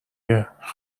گهخبر